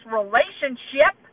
relationship